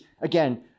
again